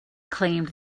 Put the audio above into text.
claimed